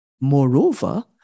Moreover